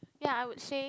ya I would say